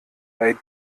bei